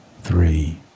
Three